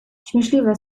śmieszliwe